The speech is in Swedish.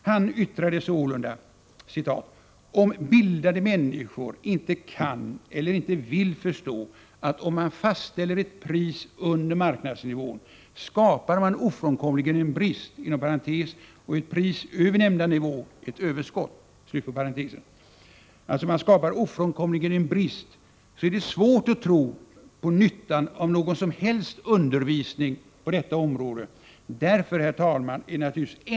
Han yttrade: ”Om bildade människor inte kan eller inte vill förstå att om man fastställer ett pris under marknadsnivån, skapar man ofrånkomligen en ”brist” så är det svårt att tro på nyttan av någon som helst undervisning på detta område.” Därför, herr talman, är det naturligtvis ännu svårare att tro på nyttan av detta inlägg i Sveriges riksdag, där alla beslut realiter redan är fattade långt innan talaren fått ordet!